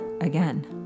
again